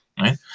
right